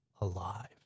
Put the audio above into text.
alive